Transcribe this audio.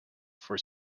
for